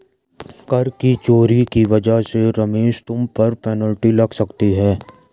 कर की चोरी की वजह से रमेश तुम पर पेनल्टी लग सकती है